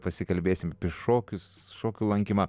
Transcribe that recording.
pasikalbėsim apie šokius šokių lankymą